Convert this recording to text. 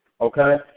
okay